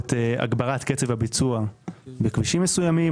שבעקבות הגברת קצב הביצוע בכבישים מסוימים,